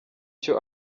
cyo